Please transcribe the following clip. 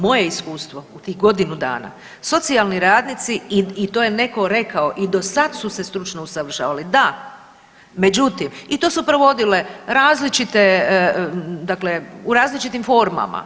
Moje iskustvo u tih godinu dana, socijalni radnici i to je netko rekao i do sada su se stručno usavršavali, međutim i to su provodile različite dakle u različitim formama.